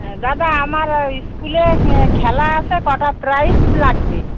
হ্যাঁ দাদা আমার স্কুলে খেলা আছে কটা প্রাইজ লাগবে